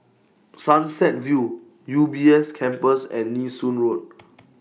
Sunset View U B S Campus and Nee Soon Road